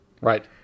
Right